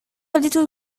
little